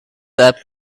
that